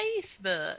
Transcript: Facebook